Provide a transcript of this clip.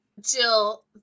Jill